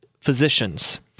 physicians